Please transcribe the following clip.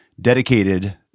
dedicated